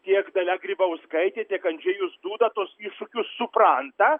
tiek dalia grybauskaitė tiek andžejus duda tuos iššūkius supranta